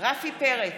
רפי פרץ,